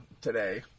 today